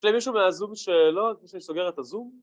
יש למישהו מהזום שאלות, לפני שאני סוגר את הזום